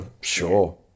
Sure